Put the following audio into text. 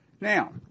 Now